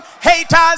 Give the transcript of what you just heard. haters